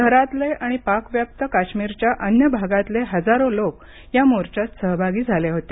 शहरातले आणि पाकव्याप्त काश्मीरच्या अन्य भागातले हजारो लोक या मोर्चात सहभागी झाले होते